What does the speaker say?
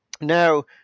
Now